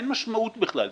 אין משמעות בכלל,